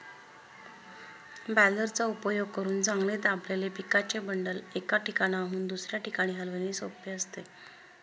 बॅलरचा उपयोग करून चांगले दाबलेले पिकाचे बंडल, एका ठिकाणाहून दुसऱ्या ठिकाणी हलविणे सोपे असते